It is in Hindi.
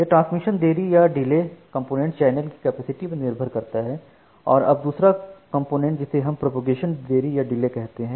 यह ट्रांसमिशन देरी या डिले कंपोनेंट चैनल की कैपेसिटी पर निर्भर करता है और अब दूसरा कंप्लेंट जिसे हम प्रोपेगेशन देरी या डिले कहते हैं